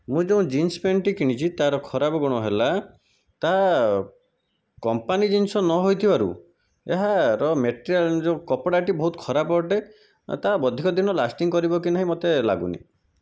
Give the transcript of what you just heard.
ମୁଁ ଯେଉଁ jeans pant ଟି କିଣିଛି ତାର ଖରାପଗୁଣ ହେଲା ତା କମ୍ପାନୀ ଜିନିଷ ନହୋଇଥିବାରୁ ଏହାର ର ମ୍ୟାଟ୍ରିଆଲ ଯେଉଁ କପଡ଼ାଟି ବହୁତ ଖରାପ ଅଟେ ତା ଅଧିକଦିନ ଲାଷ୍ଟିଙ୍ଗ୍ କରିବକି ନାହିଁ ମୋତେ ଲାଗୁନି